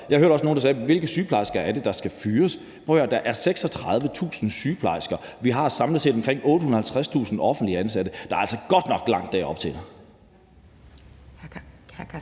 Der var også nogen, der spurgte: Hvilke sygeplejersker er det, der skal fyres? Prøv at høre her, der er 36.000 sygeplejersker, men vi har samlet set omkring 850.000 offentligt ansatte – der er altså godt nok langt op til